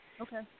Okay